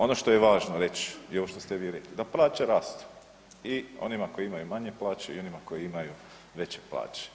Ono što je važno reć i ovo što ste vi rekli da plaće rastu i onima koji imaju manje plaće i onima koji imaju veće plaće.